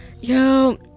yo